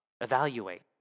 Evaluate